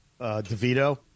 DeVito